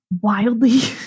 wildly